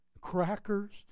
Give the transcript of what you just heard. crackers